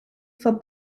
for